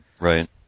Right